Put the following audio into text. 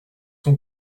son